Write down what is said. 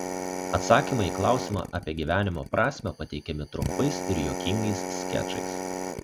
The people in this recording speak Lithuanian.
atsakymai į klausimą apie gyvenimo prasmę pateikiami trumpais ir juokingais skečais